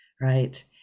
right